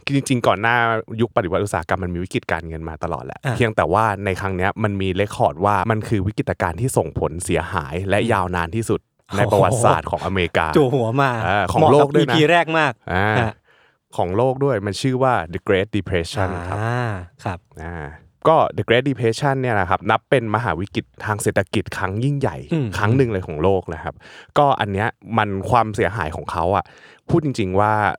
จริงๆก่อนหน้ายุคปฏิวัติอุตสาหกรรมมันมีวิกฤตการเงินมาตลอดแหละอ่ะเพียงแต่ว่าในครั้งเนี้ยมันมี record ว่ามันคือวิกฤตการณ์ที่ส่งผลเสียหายและยาวนานที่สุดในประวัติศาสตร์ของอเมริกาจู่หัวมาเอ่อ ของโลกด้วยนะเหมาะกับ EP แรกมากอ่าฮะของโลกด้วย มันชื่อว่า The Great Depression ครับอ่าครับอ่า ก็ The Great Depression เนี่ยนะครับนับเป็นมหาวิกฤตทางเศรษฐกิจครั้งยิ่งใหญ่อืมครั้งหนึ่งเลยของโลกนะครับ ก็อันเนี้ยมันความเสียหายของเขาอ่ะ พูดจริงๆว่า